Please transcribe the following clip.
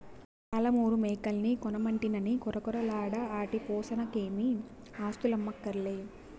పాలమూరు మేకల్ని కొనమంటినని కొరకొరలాడ ఆటి పోసనకేమీ ఆస్థులమ్మక్కర్లే